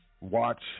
watch